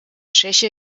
tscheche